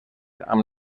amb